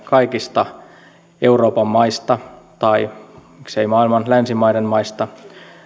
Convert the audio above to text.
kaikista euroopan maista tai miksei maailman länsimaiden maista